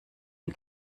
ein